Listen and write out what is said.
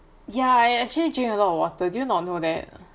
ya I actually drink a lot of water did you not know that